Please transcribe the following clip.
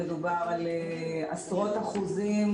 מדובר על עשרות אחוזים,